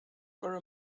for